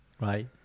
Right